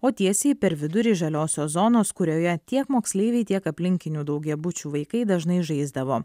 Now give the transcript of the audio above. o tiesiai per vidurį žaliosios zonos kurioje tiek moksleiviai tiek aplinkinių daugiabučių vaikai dažnai žaisdavo